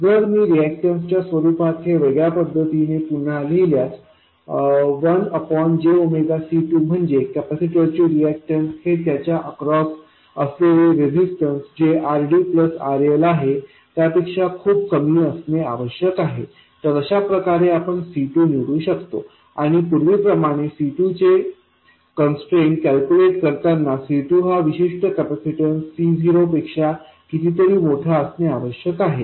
जर मी रीऐक्टन्स च्या स्वरूपात हे वेगळ्या पद्धतीने पुन्हा लिहिल्यास 1j C2म्हणजे कपॅसिटर चे रीऐक्टन्स हे त्याच्या अक्रॉस असलेले रेजिस्टन्स जे RD RLआहे त्यापेक्षा खूप कमी असणे आवश्यक आहे तर अशाप्रकारे आपण C2 निवडू शकतो आणि पूर्वीप्रमाणे C2चे कन्स्ट्रैन्ट कॅल्क्युलेट करताना C2हा विशिष्ट कॅपेसिटन्स C0पेक्षा कितीतरी मोठा असणे आवश्यक आहे